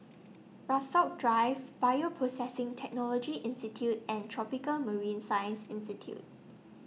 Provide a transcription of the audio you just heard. Rasok Drive Bioprocessing Technology Institute and Tropical Marine Science Institute